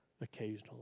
occasionally